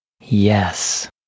Yes